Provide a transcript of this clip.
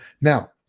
now